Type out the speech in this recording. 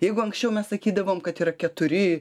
jeigu anksčiau mes sakydavom kad yra keturi